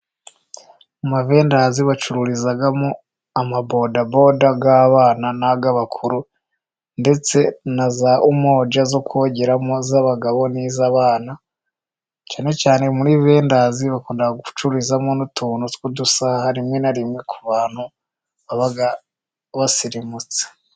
Amavendazi bacururizamo amabodaboda y'abana, ni z'abakuru, ndetse na za umoja zo kogeramo z'abagabo n'iz'bana, cyane cyane muri vendazi bakunda gucururizamo n'utuntu tw'udusaha rimwe na rimwe ku bantu baba basirimutse.